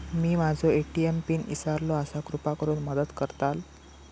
मी माझो ATM pin इसरलो आसा कृपा करुन मदत करताल